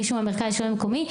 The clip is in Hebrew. מישהו ממרכז שלטון מקומי,